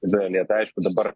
izraelyje tai aišku dabar